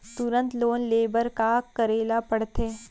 तुरंत लोन ले बर का करे ला पढ़थे?